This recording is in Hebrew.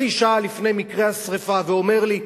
חצי שעה לפני מקרה השרפה, ואומר לי: